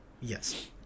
yes